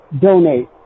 donate